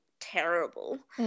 terrible